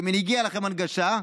כי מגיעה לכם הנגשה.